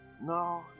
No